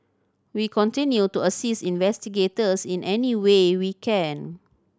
we continue to assist investigators in any way we can